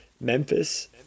Memphis